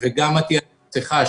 וגם לגבי עטיית מסכה,